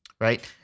Right